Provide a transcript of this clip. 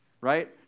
right